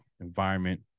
environment